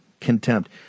Contempt